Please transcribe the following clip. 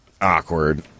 awkward